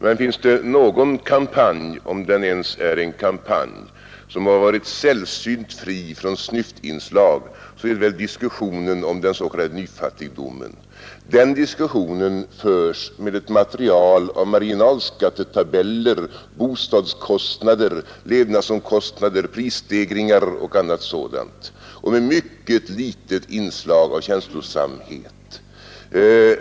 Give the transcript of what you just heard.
Men finns det någon kampanj — om det ens är någon kampanj — som har varit sällsynt fri från snyftinslag, så är det väl diskussionen om den s.k. nyfattigdomen. Den diskussionen förs med ett material som utgörs av marginalskattetabeller och uppgifter om bostadskostnader, levnadskostnader, prisstegringar m.m. Det är ett material med ett mycket litet inslag av känslosamhet.